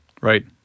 Right